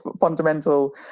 fundamental